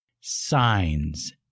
signs